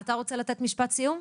אתה רוצה לתת משפט סיום?